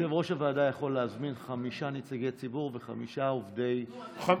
יושב-ראש ועדה יכול להזמין חמישה נציגי ציבור וחמישה עובדי ממשלה.